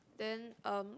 then um